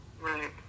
Right